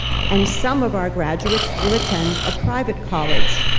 and some of our graduates will attend a private college,